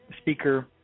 speaker